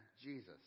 Jesus